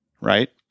Right